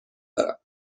دارم